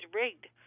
rigged